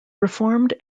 reformed